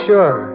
Sure